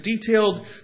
detailed